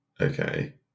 Okay